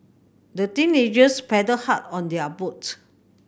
the teenagers paddled hard on their boat